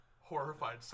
Horrified